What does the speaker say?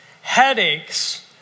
headaches